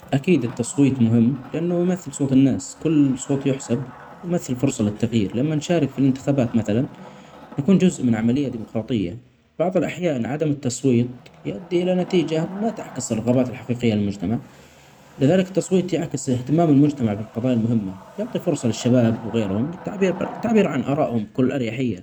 اكيد التصويت مهم لانه يمثل صوت اللناس كل صوت يحسب يمثل فرصه للتغيير لما نشارك في الانتخابات مثلا نكون جزء من عمليه ديمقراطيه بعض الاحيان عدم التصويت يؤدي الي نتيجه ما تعكس الرغبات الحقيقيه للمجتمع لدرجه التصويت يعكس اهتمام المجتمع بالقضايا المهمه ندي فرصه للشباب وغيرهم التعبير_التعبير عن اراءهم بكل اريحيه